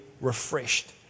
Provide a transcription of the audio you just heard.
refreshed